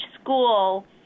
school